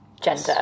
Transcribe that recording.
gender